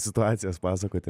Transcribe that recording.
situacijas pasakoti